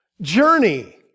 Journey